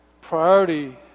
priority